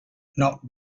not